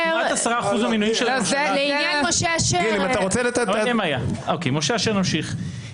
אם אתה רוצה לתת --- נמשיך.